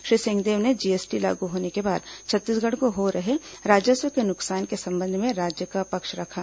श्री सिंहदेव ने जीएसटी लागू होने के बाद छत्तीसगढ़ को हो रहे राजस्व के संबंध में राज्य का पक्ष रखा